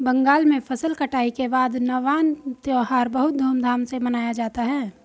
बंगाल में फसल कटाई के बाद नवान्न त्यौहार बहुत धूमधाम से मनाया जाता है